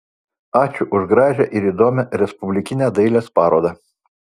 ačiū už gražią ir įdomią respublikinę dailės parodą